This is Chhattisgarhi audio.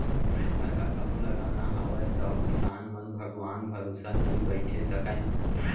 थरहा कहूं लगाना हावय तौ किसान मन भगवान भरोसा नइ बइठे सकयँ